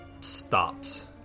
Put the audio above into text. stops